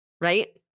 right